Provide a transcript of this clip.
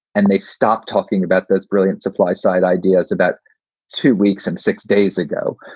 and they stopped talking about this brilliant supply side ideas about two weeks and six days ago.